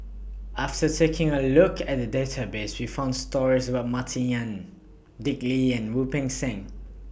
after taking A Look At The Database We found stories about Martin Yan Dick Lee and Wu Peng Seng